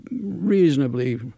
reasonably